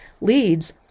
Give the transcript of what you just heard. leads